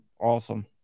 awesome